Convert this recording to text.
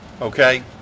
okay